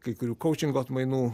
kai kurių koučingo atmainų